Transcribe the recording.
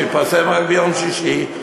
שהתפרסם רק ביום שישי,